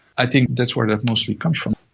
i think that's where that mostly comes from.